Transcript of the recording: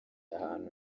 ahantu